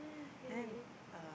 then uh